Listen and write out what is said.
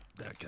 Okay